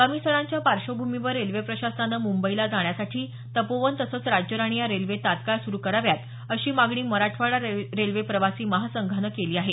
आगामी सणांच्या पार्श्वभूमीवर रेल्वे प्रशासनानं मुंबईला जाण्यासाठी तपोवन तसंच राज्यराणी या रेल्वे तत्काळ सुरू कराव्यात अशी मागणी मराठवाडा रेल्वे प्रवासी महासंघानं केली आहे